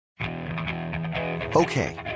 Okay